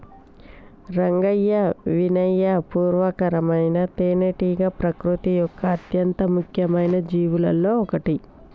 రంగయ్యా వినయ పూర్వకమైన తేనెటీగ ప్రకృతి యొక్క అత్యంత ముఖ్యమైన జీవులలో ఒకటి